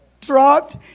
Dropped